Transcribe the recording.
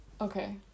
Okay